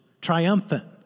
Triumphant